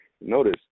Notice